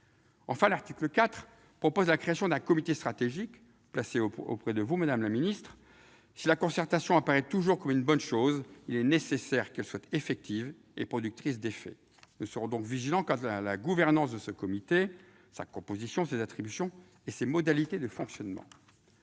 Enfin, l'article 4 crée un comité stratégique, placé auprès de vous, madame la secrétaire d'État. Si la concertation apparaît toujours comme une bonne chose, il est nécessaire qu'elle soit effective et productrice d'effets. Nous serons donc vigilants quant à la gouvernance de ce comité, sa composition, ses attributions et ses modalités de fonctionnement.